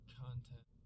content